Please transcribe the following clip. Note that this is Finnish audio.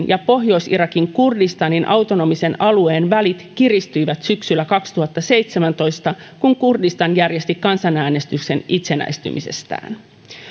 ja pohjois irakin kurdistanin autonomisen alueen välit kiristyivät syksyllä kaksituhattaseitsemäntoista kun kurdistan järjesti kansanäänestyksen itsenäistymisestään